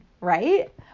right